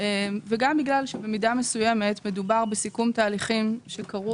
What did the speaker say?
וגם בגלל שבמידה מסוימת מדובר בסיכום תהליכים שקרו